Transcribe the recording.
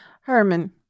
Herman